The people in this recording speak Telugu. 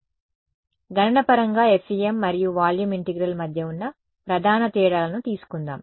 కాబట్టి గణన పరంగా FEM మరియు వాల్యూమ్ ఇంటెగ్రల్ మధ్య ఉన్న ప్రధాన తేడాలను తీసుకుందాం